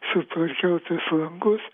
sutvarkiau tuos langus